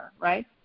right